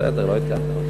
בסדר, לא עדכנת.